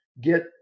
get